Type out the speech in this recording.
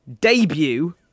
debut